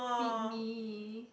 feed me